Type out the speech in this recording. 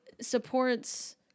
supports